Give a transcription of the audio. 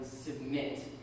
submit